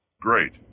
great